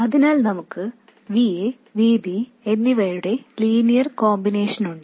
അതിനാൽ നമുക്ക് Va Vb എന്നിവയുടെ ലീനിയർ കോമ്പിനേഷനുണ്ട്